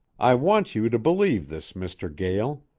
i want you to beleave this, mister gael.